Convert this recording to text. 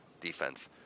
defense